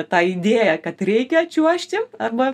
tą idėją kad reikia čiuožti arba